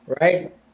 right